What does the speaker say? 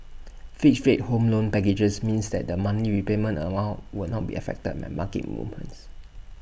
fixed fate home loan packages means that the monthly repayment amount will not be affected by market movements